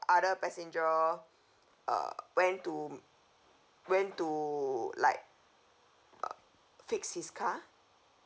other passenger uh went to went to like uh fix his car